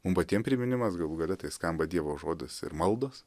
mum patiem priminimas galų gale tai skamba dievo žodis ir maldos